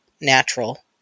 natural